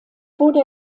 wurde